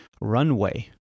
runway